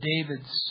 David's